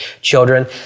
children